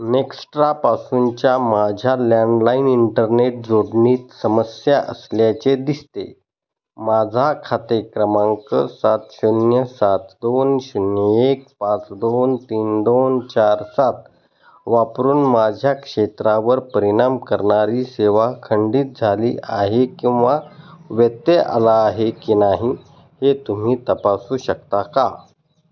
नेक्स्ट्रापासूनच्या माझ्या landline internet जोडणीत समस्या असल्याचे दिसते माझा खाते क्रमांक सात शून्य सात दोन शून्य एक पाच दोन तीन दोन चार सात वापरून माझ्या क्षेत्रावर परिणाम करणारी सेवा खंडित झाली आहे किंवा व्यत्यय आला आहे की नाही हे तुम्ही तपासू शकता का